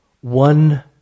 one